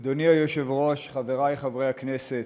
אדוני היושב-ראש, חברי חברי הכנסת,